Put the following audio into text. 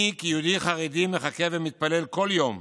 אני, כיהודי חרדי, מחכה ומתפלל בכל יום